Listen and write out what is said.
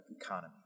economy